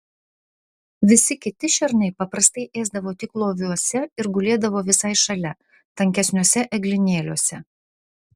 visi kiti šernai paprastai ėsdavo tik loviuose ir gulėdavo visai šalia tankesniuose eglynėliuose